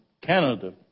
Canada